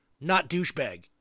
not-douchebag